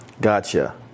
Gotcha